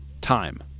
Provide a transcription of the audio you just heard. time